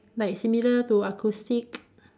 like similar to acoustic